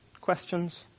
questions